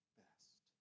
best